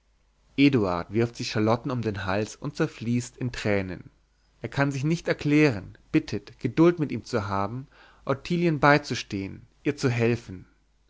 wirft sich charlotten um den hals und zerfließt in tränen er kann sich nicht erklären bittet geduld mit ihm zu haben ottilien beizustehen ihr zu helfen